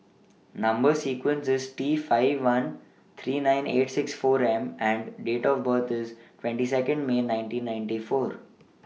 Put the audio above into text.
Number sequence IS T five one three nine eight six four M and Date of birth IS twenty Second May nineteen ninety four